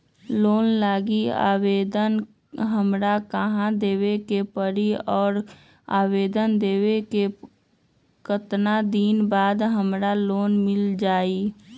Loan लागी आवेदन हमरा कहां देवे के पड़ी और आवेदन देवे के केतना दिन बाद हमरा लोन मिल जतई?